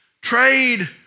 Trade